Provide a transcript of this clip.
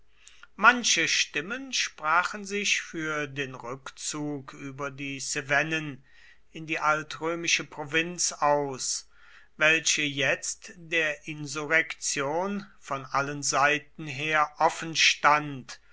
manche stimmen sprachen sich für den rückzug über die cevennen in die altrömische provinz aus welche jetzt der insurrektion von allen seiten her offenstand